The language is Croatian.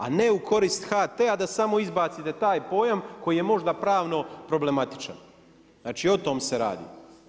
A ne u korist HT-a da samo izbacite taj pojam koji je možda pravno problematičan, znači o tome se radi.